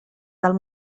del